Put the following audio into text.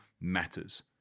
matters